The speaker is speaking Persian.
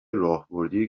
راهبردی